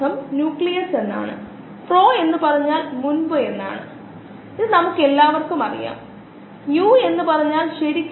അവ nucleus mitochondria എന്നിങ്ങനെയുള്ള യഥാർത്ഥ കമ്പാർട്ടുമെന്റുകളായിരിക്കാമെന്ന് നമുക്ക് അറിയാം അല്ലെങ്കിൽ അവ ആശയപരമായിരിക്കാം